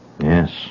Yes